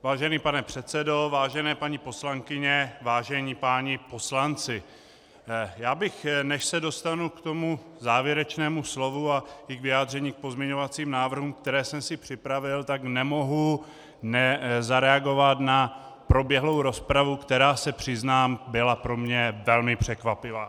Vážený pane předsedo, vážené paní poslankyně, vážení páni poslanci, než se dostanu k tomu závěrečnému slovu a vyjádření k pozměňovacím návrhům, které jsem si připravil, tak nemohu nezareagovat na proběhlou rozpravu, která, přiznám se, byla pro mě velmi překvapivá.